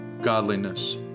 godliness